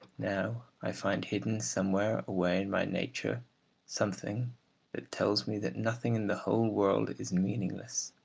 now i find hidden somewhere away in my nature something that tells me that nothing in the whole world is meaningless,